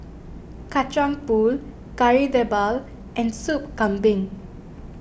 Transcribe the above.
Kacang Pool Kari Debal and Soup Kambing